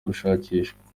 gushakishwa